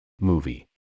movie